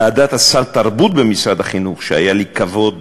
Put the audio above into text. ועדת סל התרבות במשרד החינוך, שהיה לי כבוד